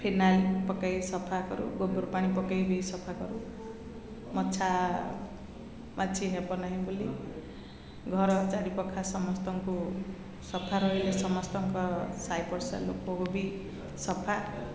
phenyl ପକେଇ ସଫା କରୁ ଗୋବର ପାଣି ପକେଇ ବି ସଫା କରୁ ମଛା ମାଛି ହେବ ନାହିଁ ବୋଲି ଘର ଚାରିପାଖ ସମସ୍ତଙ୍କୁ ସଫା ରହିଲେ ସମସ୍ତଙ୍କ ସାାଇ ପଡ଼ିଶା ଲୋକଙ୍କୁ ବି ସଫା